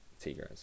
Tigres